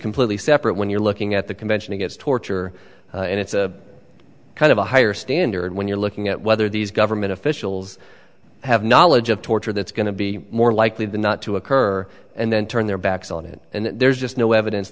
completely separate when you're looking at the convention against torture and it's a kind of a higher standard when you're looking at whether these government officials have knowledge of torture that's going to be more likely than not to occur and then turn their backs on it and there's just no evidence